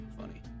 funny